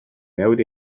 newid